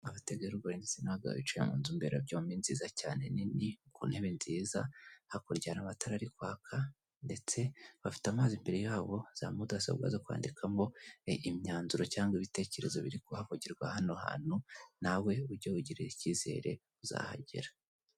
Abategarugori ndetse n'abagabo bicaye mu nzu mberabyombi nziza cyane nini, ku ntebe nziza hakurya hari amatara ari kwaka ndetse bafite amazi imbere yabo, za mudasobwa zo kwandikamo imyanzuro cyangwa ibitekerezo biri kuhavugirwa, hano hantu nawe ujye wigirira icyizere uzahagera.